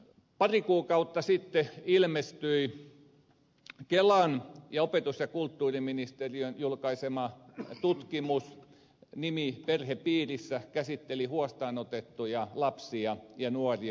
pari kuukautta sitten ilmestyi kelan ja opetus ja kulttuuriministeriön julkaisema tutkimus perhepiirissä joka käsitteli huostaan otettuja lapsia ja nuoria